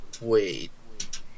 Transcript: Wait